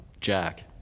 Jack